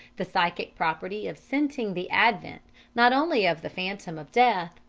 the psychic property of scenting the advent not only of the phantom of death,